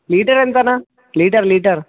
litre ఎంత అన్న litre litre